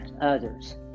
others